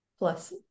plus